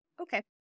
okay